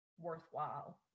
worthwhile